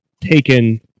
taken